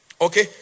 Okay